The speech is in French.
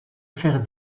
faire